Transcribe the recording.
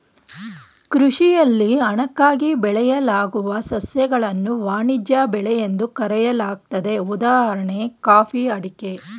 ಕೃಷಿಯಲ್ಲಿ ಹಣಕ್ಕಾಗಿ ಬೆಳೆಯಲಾಗುವ ಸಸ್ಯಗಳನ್ನು ವಾಣಿಜ್ಯ ಬೆಳೆ ಎಂದು ಕರೆಯಲಾಗ್ತದೆ ಉದಾಹಣೆ ಕಾಫಿ ಅಡಿಕೆ